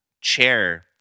chair